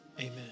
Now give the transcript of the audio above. Amen